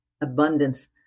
abundance